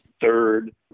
third